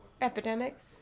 Epidemics